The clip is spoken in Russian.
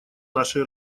нашей